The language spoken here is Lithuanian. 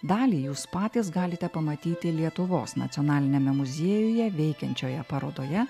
dalį jūs patys galite pamatyti lietuvos nacionaliniame muziejuje veikiančioje parodoje